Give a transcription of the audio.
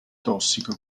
tossico